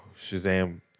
Shazam